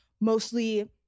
mostly